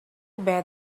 bad